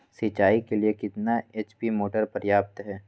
सिंचाई के लिए कितना एच.पी मोटर पर्याप्त है?